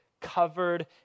covered